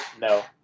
No